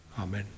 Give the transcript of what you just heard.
Amen